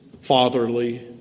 fatherly